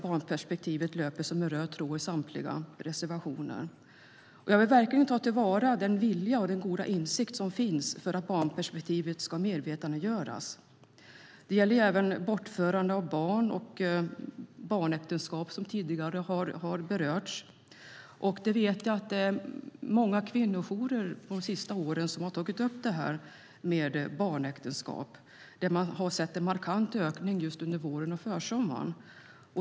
Barnperspektivet löper som en röd tråd genom samtliga dessa reservationer. Jag vill verkligen ta till vara den vilja och den goda insikt som finns för att barnperspektivet ska medvetandegöras. Det gäller även bortförande av barn och barnäktenskap, som berörts tidigare. Många kvinnojourer har på senare år tagit upp detta med barnäktenskap. Man har sett en markant ökning under våren och försommaren.